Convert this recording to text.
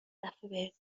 دفعه